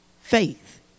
faith